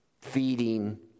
feeding